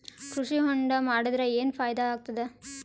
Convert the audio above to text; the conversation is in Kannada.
ಕೃಷಿ ಹೊಂಡಾ ಮಾಡದರ ಏನ್ ಫಾಯಿದಾ ಆಗತದ?